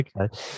okay